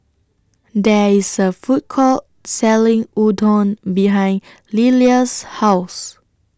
There IS A Food Court Selling Udon behind Lilia's House